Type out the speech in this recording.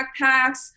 backpacks